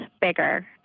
bigger